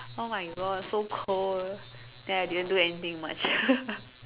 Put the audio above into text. oh my god so cold then I didn't do anything much